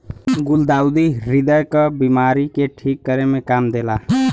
गुलदाउदी ह्रदय क बिमारी के ठीक करे में काम देला